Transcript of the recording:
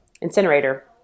incinerator